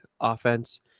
offense